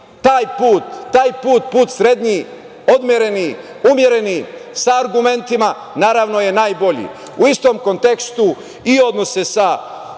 Taj put, put srednji, odmereni, umereni, sa argumentima, naravno je najbolji. U istom kontekstu i odnose sa